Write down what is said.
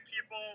people